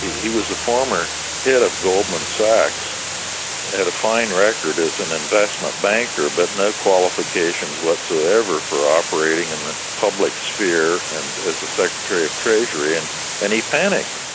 he was a former head of goldman sachs and had a fine record as an investment banker but no qualifications whatsoever for operating in the public sphere and as a secretary of treasury. and and he panicked,